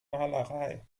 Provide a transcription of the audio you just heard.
malerei